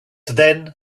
then